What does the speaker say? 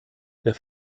der